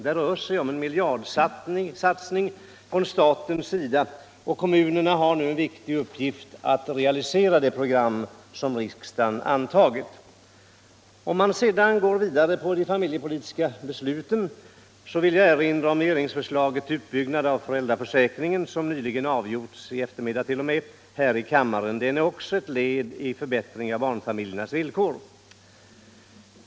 Det rör sig om en miljardsatsning från statens sida, och kommunerna har nu som en viktig uppgift att realisera det program som riksdagen har antagit. För att gå vidare i fråga om de familjepolitiska besluten vill jag nämna regeringsförslaget om utbyggnaden av föräldraförsäkringen, som i dag har avgjorts här i riksdagen. Den är också ett led i förbättringen av barnfamiljernas villkor.